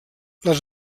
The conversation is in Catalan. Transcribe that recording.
les